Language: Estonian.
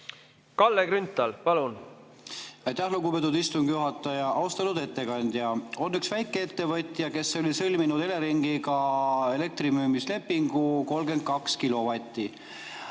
Kalle Grünthal, palun! Aitäh, lugupeetud istungi juhataja! Austatud ettekandja! On üks väikeettevõtja, kes oli sõlminud Eleringiga elektrimüügilepingu 32